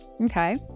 okay